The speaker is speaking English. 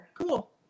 cool